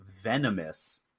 venomous